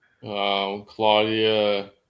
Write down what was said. Claudia